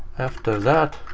after that